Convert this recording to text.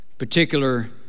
Particular